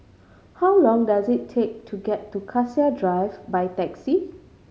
how long does it take to get to Cassia Drive by taxi